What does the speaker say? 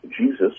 Jesus